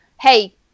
hey